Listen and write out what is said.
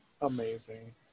Amazing